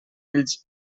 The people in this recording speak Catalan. ells